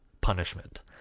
punishment